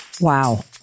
Wow